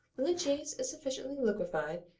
when the cheese is sufficiently liquefied,